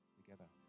together